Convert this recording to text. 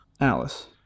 Alice